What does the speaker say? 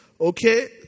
Okay